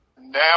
Now